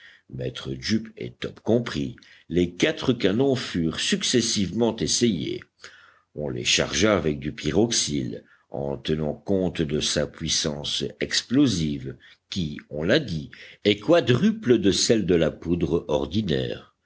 maître jup et top compris les quatre canons furent successivement essayés on les chargea avec du pyroxile en tenant compte de sa puissance explosive qui on l'a dit est quadruple de celle de la poudre ordinaire